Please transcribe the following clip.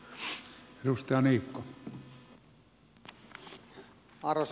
arvoisa puhemies